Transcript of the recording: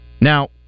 Now